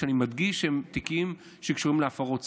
ואני מדגיש שהם תיקים שקשורים להפרות צו.